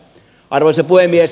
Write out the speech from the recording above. arvoisa puhemies